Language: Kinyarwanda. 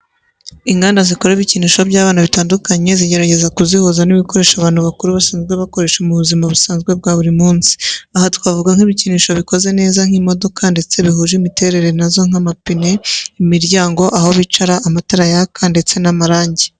Inganda zikora ibikinisho by'abana bitandukanye zigerageza kuzihuza n'ibikoresho abantu bakuru basanzwe bakoreshwa mu buzima busanzwe bwa buri munsi. Aha twavuga nk'ibikinisho bikoze neza nk'imodoka ndetse bihuje imiterere nazo nk'amapine, imiryango, aho bicara, amatara yaka, ndetse n'amarange.